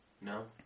No